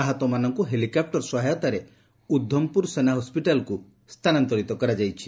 ଆହତମାନଙ୍କୁ ହେଲିକ୍ୟାପୁର ସହାୟତାରେ ଉଦ୍ଧମପୁର ସେନା ହସ୍କିଟାଲକୁ ସ୍ଥାନାନ୍ତରିତ କରାଯାଇଛି